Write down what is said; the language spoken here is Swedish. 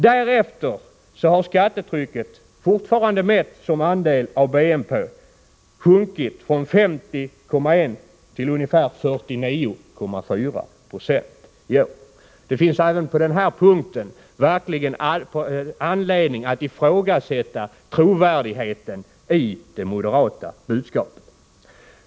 Därefter har skattetrycket, fortfarande mätt som andel av BNP, sjunkit från 50,1 till ungefär 49,4 96. Det finns på den här punkten verklig anledning att ifrågasätta trovärdigheten i det moderata budskapet.